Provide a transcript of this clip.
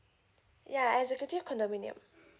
yeah executive condominium